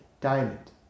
diamond